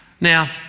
Now